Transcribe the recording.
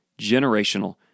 Generational